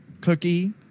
cookie